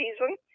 season